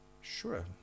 Sure